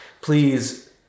Please